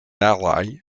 ally